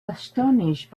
astonished